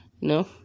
no